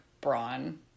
Braun